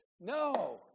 No